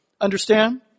Understand